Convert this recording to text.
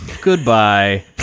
Goodbye